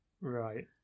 Right